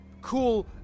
cool